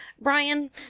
Brian